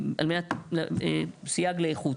סייג לאיכות.